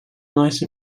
nice